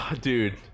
dude